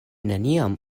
neniam